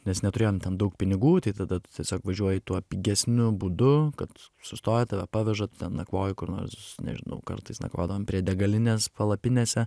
nes neturėjom ten daug pinigų tai tada tu tiesiog važiuoji tuo pigesniu būdu kad sustoja tave paveža nakvoji kur nors nežinau kartais nakvodavom prie degalinės palapinėse